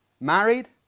married